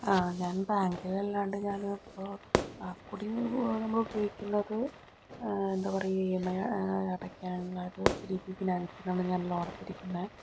ആ ഞാൻ ബാങ്കിൽ അല്ലാണ്ട് ഇപ്പോൾ ആകെക്കൂടി നമ്മൾ ഉപയോഗിക്കുന്നത് എന്താ പറയുക ഈ എം ഐ അടക്കാൻ ഞാൻ എച്ച് ഡി എഫ് സി ഫിനാൻസിൽ നിന്നാണ് ലോൺ എടുത്തിരിക്കുന്നത്